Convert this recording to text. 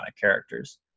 characters